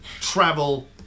travel